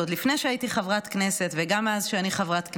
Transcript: עוד לפני שהייתי חברת הכנסת וגם מאז שאני חברת הכנסת,